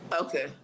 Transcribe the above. Okay